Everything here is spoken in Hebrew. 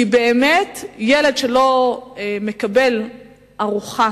כי ילד שלא מקבל ארוחה